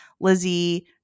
lizzie